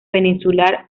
peninsular